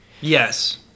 Yes